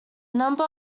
number